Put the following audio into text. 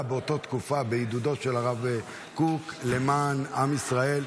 באותה תקופה בעידודו של הרב קוק למען עם ישראל,